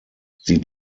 sie